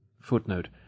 Footnote